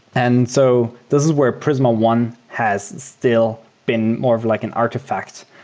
and so this is where prisma one has still been more like an artifact.